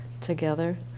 together